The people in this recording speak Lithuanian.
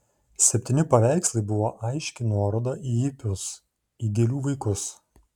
septyni paveikslai buvo aiški nuoroda į hipius į gėlių vaikus